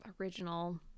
original